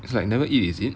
it's like never eat is it